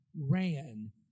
ran